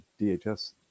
DHS